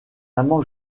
amant